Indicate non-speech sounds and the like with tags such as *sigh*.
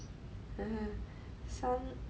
*laughs* sounds